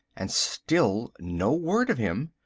and still no word of him.